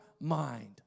mind